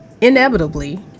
inevitably